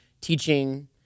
teaching